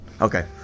Okay